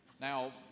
Now